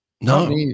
No